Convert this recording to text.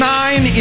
nine